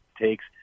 takes